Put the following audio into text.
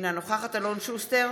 אינה נוכחת אלון שוסטר,